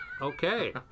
okay